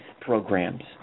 programs